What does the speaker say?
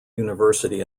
university